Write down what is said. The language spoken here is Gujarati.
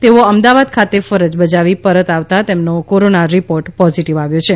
તેઓ અમદાવાદ ખાતે ફરજ બજાવી પરત આવતા તેમનો કોરોના રીપોર્ટ પોઝીટીવ આવ્યો છે